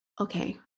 Okay